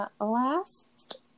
last